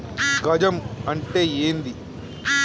గజం అంటే ఏంది?